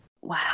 Wow